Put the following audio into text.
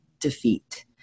defeat